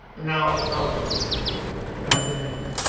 no popery cried the raven.